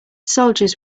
soldiers